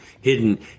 hidden